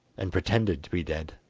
and pretended to be dead.